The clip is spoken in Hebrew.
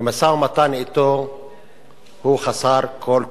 ומשא-ומתן אתו הוא חסר כל תוחלת,